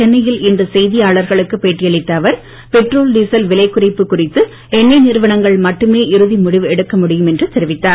சென்னையில் இன்று செய்தியாளர்களுக்கு பேட்டியளித்த அவர் பெட்ரோல் டீசல் விலை குறைப்பு குறித்து எண்ணெய் நிறுவனங்கள் மட்டுமே இறுதி முடிவு எடுக்க முடியும் என்றும் தெரிவித்தார்